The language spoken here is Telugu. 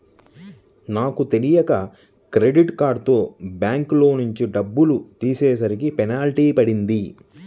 నాకు తెలియక క్రెడిట్ కార్డుతో బ్యాంకులోంచి డబ్బులు తీసేసరికి పెనాల్టీ పడింది